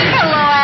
Hello